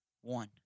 one